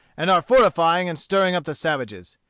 and are fortifying and stirring up the savages.